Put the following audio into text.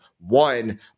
one